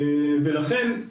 לכן, חיפשנו,